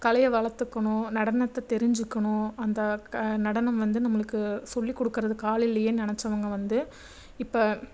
கலையை வளர்த்துக்கணும் நடனத்தை தெரிஞ்சுக்கணும் அந்த நடனம் வந்து நம்மளுக்கு சொல்லி கொடுக்குகிறதுக்கு ஆள் இல்லேயேன்னு நினச்சவங்க வந்து இப்போ